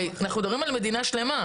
הרי, אנחנו מדברים על מדינה שלמה.